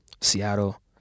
Seattle